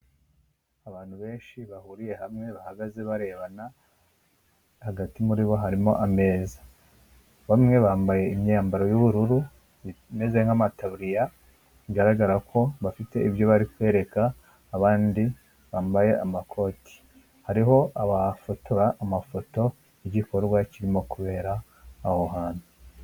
Abantu benshi bahuriye hamwe bahagaze barebana hagati muri bo harimo ameza. Bamwe bambaye imyambaro y'ubururu imeze nk'amataburiya bigaragara ko bafite ibyo bari kwereka abandi bambaye amakoti, hariho abafotora amafoto y'igikorwa kirimo kubera aho hantu.